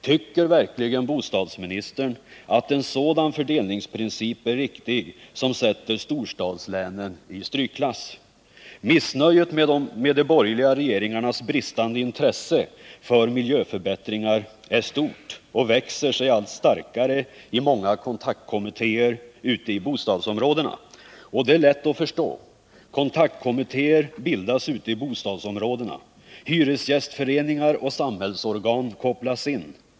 Tycker verkligen bostadsministern att en sådan fördelningsprincip, som sätter storstadslänen i strykklass, är riktig? Missnöjet med de borgerliga regeringarnas bristande intresse för miljöförbättringar är stort och växer sig allt starkare i många kontaktkommittéer ute i bostadsområdena. Och det är lätt att förstå. Inom bostadsområdena bildas kontaktkommittéer. Hyresgästföreningar och samhällsorgan kopplas in.